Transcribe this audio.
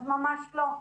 אז ממש לא.